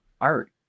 art